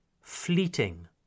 fleeting